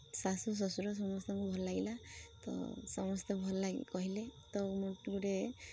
ଶାଶୂ ଶ୍ୱଶୁର ସମସ୍ତଙ୍କୁ ଭଲ ଲାଗିଲା ତ ସମସ୍ତେ ଭଲ କହିଲେ ତ ଗୋଟେ